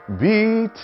beat